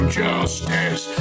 justice